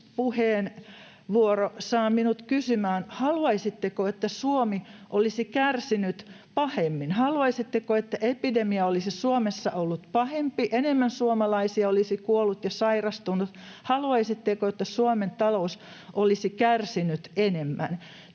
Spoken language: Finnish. puheenvuoro saa minut kysymään: Haluaisitteko, että Suomi olisi kärsinyt pahemmin? Haluaisitteko, että epidemia olisi Suomessa ollut pahempi, enemmän suomalaisia olisi kuollut ja sairastunut? Haluaisitteko, että Suomen talous olisi kärsinyt enemmän?